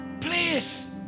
Please